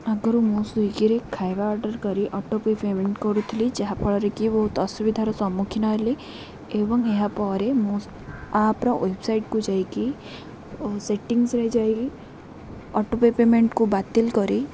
ଆଗରୁ ମୁଁ ସ୍ଵିଗିରେ ଖାଇବା ଅର୍ଡ଼ର୍ କରି ଅଟୋ ପେ ପେମେଣ୍ଟ କରୁଥିଲି ଯାହାଫଳରେ କି ବହୁତ ଅସୁବିଧାର ସମ୍ମୁଖୀନ ହେଲି ଏବଂ ଏହା ପରେ ମୁଁ ଆପ୍ର ୱେବସାଇଟ୍କୁ ଯାଇକି ସେଟିଙ୍ଗସରେ ଯାଇକି ଅଟୋ ପେ ପେମେଣ୍ଟକୁ ବାତିଲ କରି